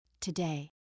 today